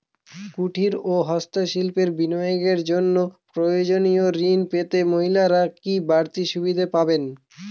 কুটীর ও হস্ত শিল্পে বিনিয়োগের জন্য প্রয়োজনীয় ঋণ পেতে মহিলারা কি বাড়তি সুবিধে পাবেন?